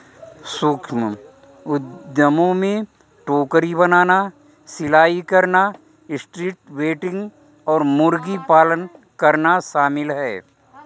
सूक्ष्म उद्यमों में टोकरी बनाना, सिलाई करना, स्ट्रीट वेंडिंग और मुर्गी पालन करना शामिल है